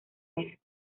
mes